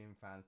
fan